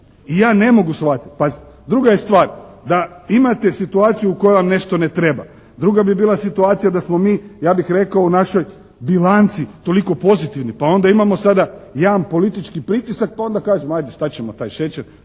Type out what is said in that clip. Ja ne mogu shvatiti. Pazite, druga je stvar da imate situaciju u kojoj vam nešto ne treba. Druga bi bila situacija da smo mi ja bih rekao u našoj bilanci toliko pozitivni pa onda imamo sada jedan politički pritisak pa onda kažemo hajde što ćemo taj šećer,